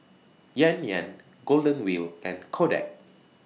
Yan Yan Golden Wheel and Kodak